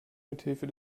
mithilfe